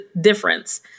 difference